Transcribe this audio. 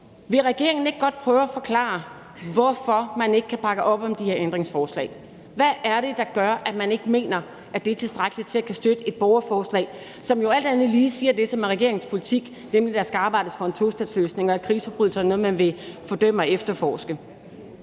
Vil regeringen ikke godt prøve at forklare, hvorfor man ikke kan bakke op om de her ændringsforslag? Hvad er det, der gør, at man ikke mener, at det er tilstrækkeligt til at kunne støtte et borgerforslag, som jo alt andet lige siger det, som er regeringens politik, nemlig at der skal arbejdes for en tostatsløsning, og at krigsforbrydelser er noget, man vil fordømme og efterforske?